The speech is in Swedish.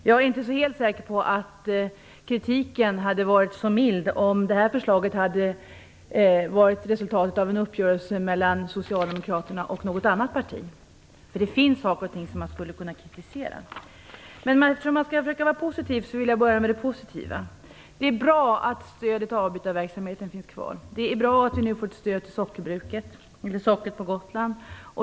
Jag är inte helt säker på att kritiken hade varit så mild om det här förslaget hade varit resultatet av en uppgörelse mellan Socialdemokraterna och något annat parti. Det finns en del som man skulle kunna kritisera. Eftersom man skall försöka vara positiv, vill jag börja med det som är bra. Det är bra att stödet till avbytarverksamheten finns kvar. Det är bra att sockerbruket på Gotland nu får stöd.